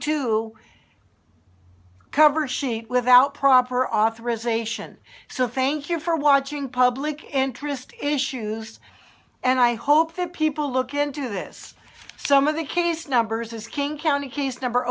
two cover sheet without proper authorization so thank you for watching public interest issues and i hope that people look into this some of the case numbers is king county case number